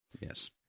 Yes